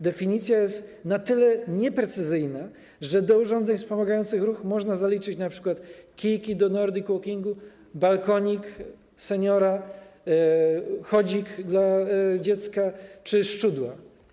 Definicja jest na tyle nieprecyzyjna, że do urządzeń wspomagających ruch można zaliczyć np. kijki do nordic walkingu, balkonik seniora, chodzik dla dziecka czy szczudła.